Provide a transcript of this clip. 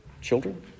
children